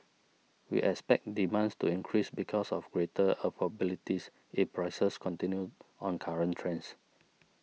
we expect demands to increase because of greater afford abilities if prices continue on current trends